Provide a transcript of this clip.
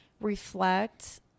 reflect